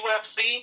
UFC